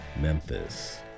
Memphis